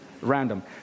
random